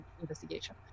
investigation